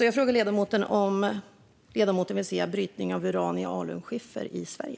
Jag undrar alltså om ledamoten vill se brytning av uran i alunskiffer i Sverige.